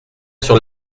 sur